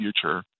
future